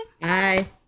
Bye